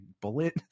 bullet